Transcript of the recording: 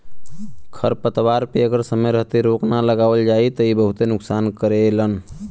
खरपतवार पे अगर समय रहते रोक ना लगावल जाई त इ बहुते नुकसान करेलन